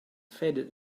faded